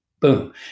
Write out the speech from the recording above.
Boom